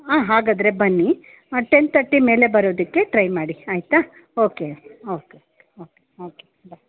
ಹಾಂ ಹಾಗಾದರೆ ಬನ್ನಿ ಹಾಂ ಟೆನ್ ಥರ್ಟಿ ಮೇಲೆ ಬರೋದಕ್ಕೆ ಟ್ರೈ ಮಾಡಿ ಆಯಿತಾ ಓಕೆ ಓಕೆ ಓಕೆ ಓಕೆ ಬಾಯ್